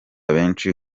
benshi